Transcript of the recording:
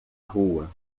rua